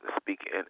speaking